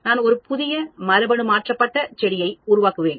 நான் ஒரு புதிய மரபணு மாற்றப்பட்ட செடியை உருவாக்குவேன்